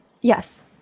yes